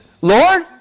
Lord